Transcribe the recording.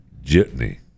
Jitney